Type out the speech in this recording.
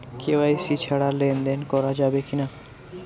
KYC ছাড়া লেনদেন করা যাবে কিনা?